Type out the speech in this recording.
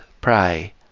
pray